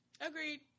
Agreed